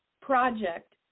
project